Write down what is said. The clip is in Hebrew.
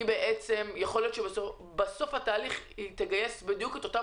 ייתכן שבסוף התהליך היא תגייס בדיוק את אותן